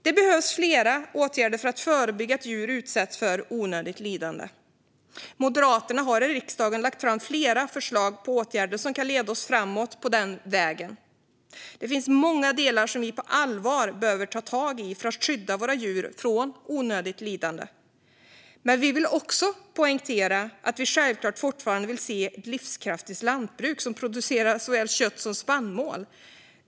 Det behövs därför flera åtgärder för att förebygga att djur utsätts för onödigt lidande. Moderaterna har i riksdagen lagt fram flera förslag på åtgärder som kan leda oss framåt på den vägen. Det finns många delar som vi på allvar behöver ta tag i för att skydda våra djur från onödigt lidande. Men vi vill också poängtera att vi självklart fortfarande vill se ett livskraftigt lantbruk som producerar såväl kött som spannmål.